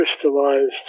crystallized